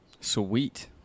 Sweet